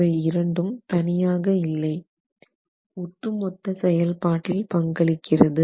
இவை இரண்டும் தனியாக இல்லை ஒட்டுமொத்த செயல்பாட்டில் பங்களிக்கிறது